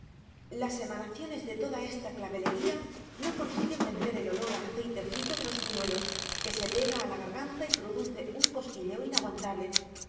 las emanaciones de toda esta clavelería no consiguen vencer el olor a aceite frito de los buñuelos que se pega a la garganta y produce un cosquilleo inaguantable